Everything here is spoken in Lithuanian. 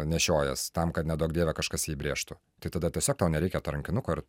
nešiojies tam kad neduok dieve kažkas jį įbrėžtų tai tada tiesiog tau nereikia to rankinuko ir